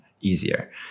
easier